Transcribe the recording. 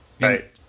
Right